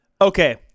Okay